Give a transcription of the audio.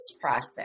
process